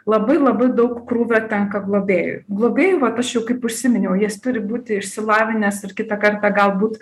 labai labai daug krūvio tenka globėjui globėjui vat aš jau kaip užsiminiau jas turi būti išsilavinęs ir kitą kartą galbūt